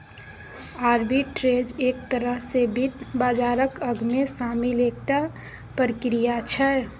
arbitrage एक तरह सँ वित्त बाजारक अंगमे शामिल एकटा प्रक्रिया छै